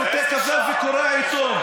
שותה קפה וקורא עיתון.